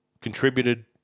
contributed